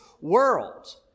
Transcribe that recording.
world